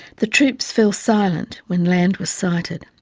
the troops fell silent when land was sighted.